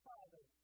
Father